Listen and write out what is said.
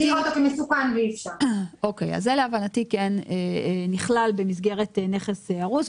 זה, להבנתי, כן נכלל במסגרת נכס הרוס.